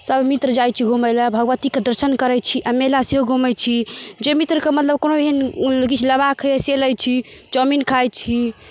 सब मित्र जाइत छी घुमैला भगवतीके दर्शन करैत छी आ मेला सेहो घुमैत छी जे मित्र कऽ मतलब कोनो एहन किछु लेबाक होइए से लै छी चौमिन खाइत छी